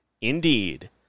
Indeed